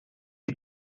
est